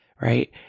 right